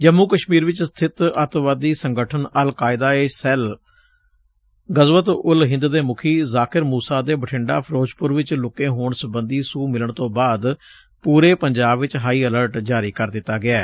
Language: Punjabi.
ਜੰਮੁ ਕਸ਼ਮੀਰ 'ਚ ਸਬਿਤ ਅੱਤਵਾਦੀ ਸੰਗਠਨ ਅਲਕਾਇਦਾ ਦੇ ਸੈੱਲ ਗਜ਼ਵਤ ਉੱਲ ਹਿੰਦ ਦੇ ਮੁੱਖੀ ਜ਼ਾਕਿਰ ਮੂਸਾ ਦੇ ਬਠਿੰਡਾ ਫਿਰੋਜ਼ਪੁਰ 'ਚ ਲੁਕੇ ਹੋਣ ਸਬੰਧੀ ਸੂਹ ਮਿਲਣ ਤੋਂ ਬਾਅਦ ਪੁਰੇ ਪੰਜਾਬ 'ਚ ਹਾਈ ਅਲਰਟ ਜਾਰੀ ਕੀਤਾ ਗਿਐ